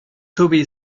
toby